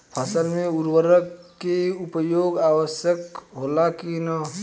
फसल में उर्वरक के उपयोग आवश्यक होला कि न?